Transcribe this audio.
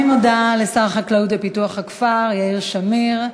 אני מודה לשר החקלאות ופיתוח הכפר יאיר שמיר.